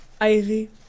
Ivy